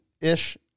ish